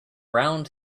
round